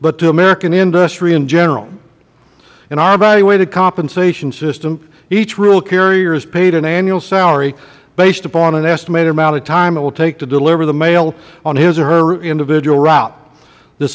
but to american industry in general in our evaluated compensation system each rural carrier is paid an annual salary based upon the estimated amount of time it will take to deliver the mail on his or her individual route th